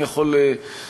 אני יכול לומר,